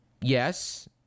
Yes